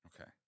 Okay